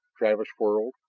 travis whirled,